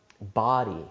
body